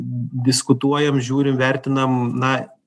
diskutuojam žiūrim vertinam na